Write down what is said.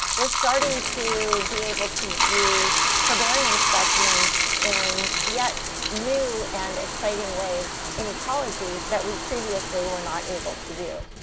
we're starting to be able to use herbarium specimens in yet new and exciting ways in ecology that we previously were not able to do.